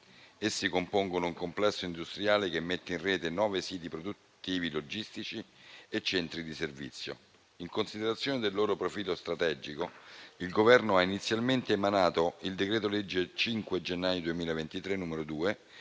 Essi compongono un complesso industriale che mette in rete 9 siti produttivi logistici e centri di servizio; in considerazione del loro profilo strategico, l'attuale Governo ha inizialmente emanato il decreto-legge n. 2 del 2023, relativo